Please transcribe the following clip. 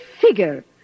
figure